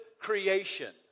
creation